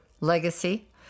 legacy